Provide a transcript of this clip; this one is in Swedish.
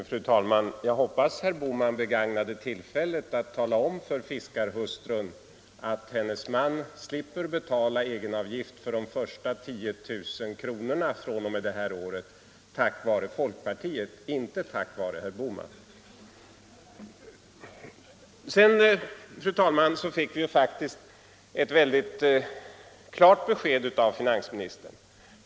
Fru talman! Jag hoppas att herr Bohman begagnade tillfället att tala om för fiskarhustrun att hennes man slipper betala egenavgift för de första 10 000 kronorna fr.o.m. det här året — tack vare folkpartiet, inte tack vare herr Bohman. Sedan, fru talman, fick vi faktiskt ett mycket klart besked av finansministern.